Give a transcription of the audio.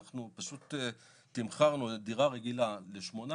אנחנו פשוט תמחרנו דירה רגילה לשמונה